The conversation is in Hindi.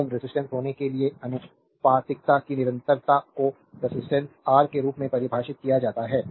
Ω रेसिस्टर्स होने के लिए आनुपातिकता की निरंतरता को रेजिस्टेंस आर के रूप में परिभाषित किया जाता है